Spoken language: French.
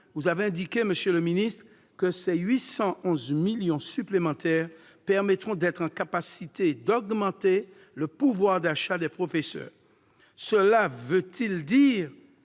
Vous avez indiqué, monsieur le ministre, que ces 811 millions d'euros supplémentaires permettront d'être en « capacité d'augmenter le pouvoir d'achat des professeurs ». Cela veut-il dire